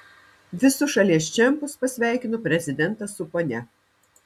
visus šalies čempus pasveikino prezidentas su ponia